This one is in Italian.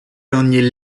ogni